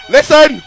Listen